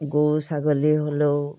গৰু ছাগলী হ'লেও